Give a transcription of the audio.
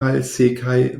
malsekaj